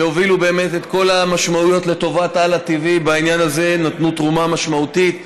שהובילו את כל המשמעויות לטובת הלא TV בעניין הזה ונתנו תרומה משמעותית,